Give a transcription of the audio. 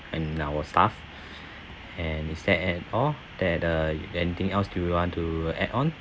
on our staff and is there and all that uh anything else do you want to add on